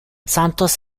santos